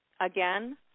Again